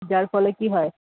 যার ফলে কী হয়